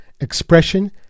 expression